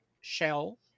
shell